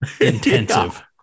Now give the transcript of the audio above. intensive